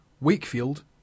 Wakefield